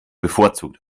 bevorzugt